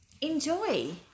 enjoy